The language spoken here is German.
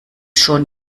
schon